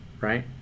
right